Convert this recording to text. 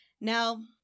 Now